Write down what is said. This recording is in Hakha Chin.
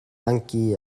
angki